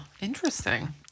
interesting